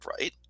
right